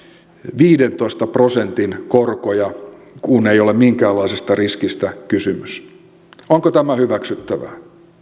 viidentoista prosentin korkoja kun ei ole minkäänlaisesta riskistä kysymys onko tämä hyväksyttävää